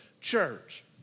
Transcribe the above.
church